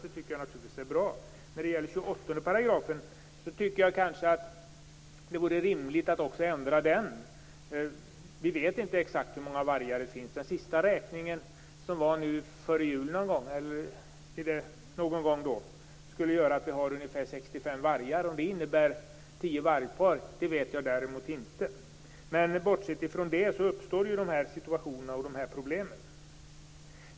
Det är naturligtvis bra. Det vore rimligt att också ändra 28 §. Vi vet inte exakt hur många vargar det finns. Den räkning som genomfördes före jul visar på att det finns ungefär 65 vargar. Jag vet inte om det innebär att det finns tio vargpar. Bortsett från detta uppstår ändå dessa situationer och problem.